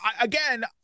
again